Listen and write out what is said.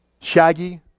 Shaggy